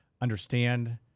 understand